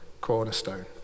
cornerstone